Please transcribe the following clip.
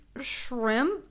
shrimp